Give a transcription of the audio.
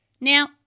Now